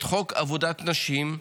את חוק עבודת נשים,